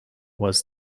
was